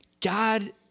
God